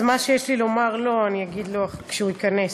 אז מה שיש לי לומר לו אני אגיד לו כשהוא ייכנס.